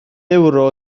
ewro